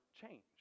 change